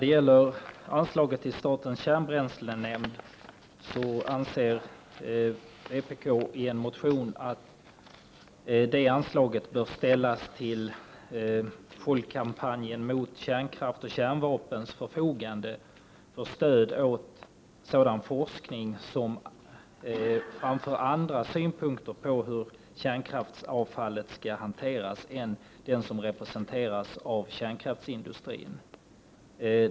Vpk föreslår i en motion att anslaget till statens kärnbränslenämnd i stället skall tilldelas Folkkampanjen mot kärnkraft och kärnvapen, för stöd åt sådan forskning som framför andra synpunkter på hur kärnkraftsavfallet skall hanteras än den som representeras av kärnkraftsindustrin.